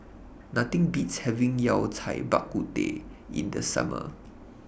Nothing Beats having Yao Cai Bak Kut Teh in The Summer